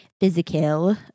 physical